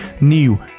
new